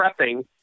prepping